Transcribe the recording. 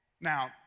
Now